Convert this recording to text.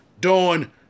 Dawn